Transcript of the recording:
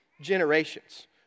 generations